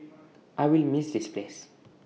I will miss this place